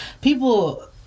people